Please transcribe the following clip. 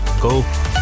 Go